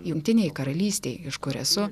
jungtinėj karalystėj iš kur esu